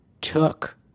took